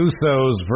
Usos